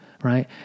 Right